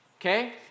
Okay